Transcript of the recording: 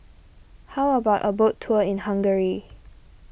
how about a boat tour in Hungary